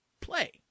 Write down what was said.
play